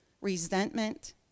resentment